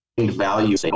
value